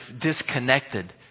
disconnected